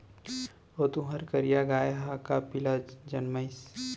ओ तुंहर करिया गाय ह का पिला जनमिस?